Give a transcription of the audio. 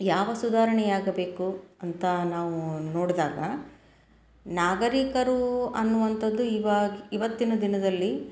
ಯಾವ ಸುಧಾರಣೆಯಾಗಬೇಕು ಅಂತ ನಾವು ನೋಡಿದಾಗ ನಾಗರಿಕರು ಅನ್ನುವಂಥದ್ದು ಇವಾಗ ಇವತ್ತಿನ ದಿನದಲ್ಲಿ